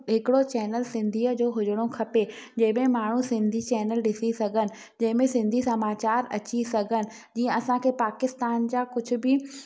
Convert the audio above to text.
हिकिड़ो चैनल सिंधीअ जो हुजिणो खपे जंहिंमें माण्हू सिंधी चैनल ॾिसी सघनि जेमें सिंधी समाचार अची सघनि जीअं असांखे पाकिस्तान जा कुझ बि